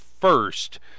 first